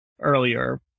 earlier